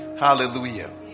Hallelujah